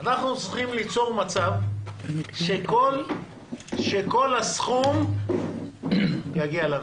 אנחנו צריכים ליצור מצב שכל הסכום יגיע לנכים.